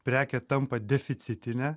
prekė tampa deficitine